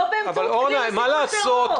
לא באמצעי כלי לסיכול טרור.